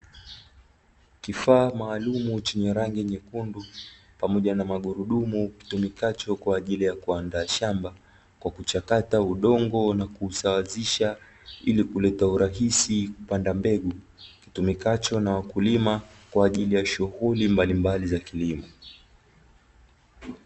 Kifaa maalumu chenye rangi nyekundu pamoja na magurudumu kitumikacho kwa ajili ya kuandaa shamba kwa kuchakata udongo na kuusawazisha ili kuleta urahisi kupanda mbegu, kitumikacho na wakulima kwa ajili ya shughuli mbalimbali za kilimo.